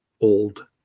Old